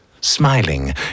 Smiling